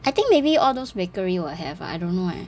I think maybe all those bakery will have ah I don't know eh